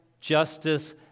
justice